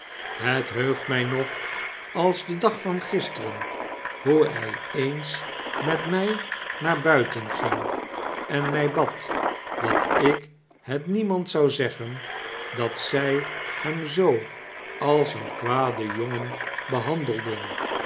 het heugt mij nog als den dag van gisteren hoe hij eens met mij naar buiten ging en mij bad dat ik het niemand zou zeggen dat zij hem zoo als een kwaden jongen behandelden